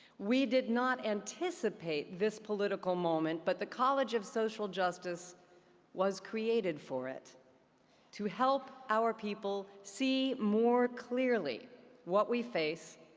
we did not anticipate this political moment, but the college of social justice was created for it to help our people see more clearly what we face,